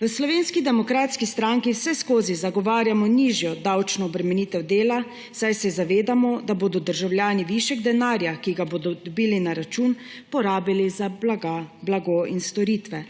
V Slovenski demokratski stranki vseskozi zagovarjamo nižjo davčno obremenitev dela, saj se zavedamo, da bodo državljani višek denarja, ki ga bodo dobili na račun, porabili za blago in storitve